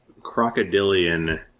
crocodilian